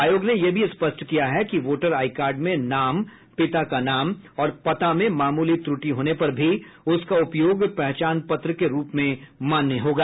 आयोग ने यह भी स्पष्ट किया है कि वोटर आईकार्ड में नाम पिता का नाम और पता में मामूली त्रटि होने पर भी उसका उपयोग पहचान पत्र के रूप में मान्य होगा